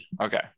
Okay